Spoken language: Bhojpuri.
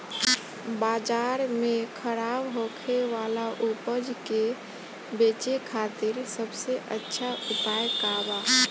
बाजार में खराब होखे वाला उपज के बेचे खातिर सबसे अच्छा उपाय का बा?